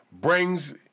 brings